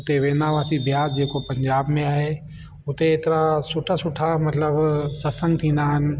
उते वेंदा हुआसीं ब्यास जेको पंजाब में आहे उते एतिरा सुठा सुठा मतिलबु सत्संग थींदा आहिनि